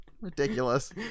Ridiculous